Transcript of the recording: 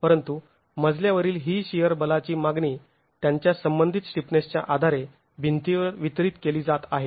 परंतु मजल्यावरील ही शिअर बलाची मागणी त्यांच्या संबंधित स्टिफनेस च्या आधारे भिंतीवर वितरित केली जात आहे